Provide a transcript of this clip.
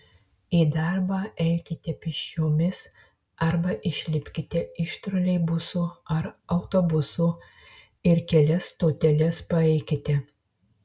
į darbą eikite pėsčiomis arba išlipkite iš troleibuso ar autobuso ir kelias stoteles paeikite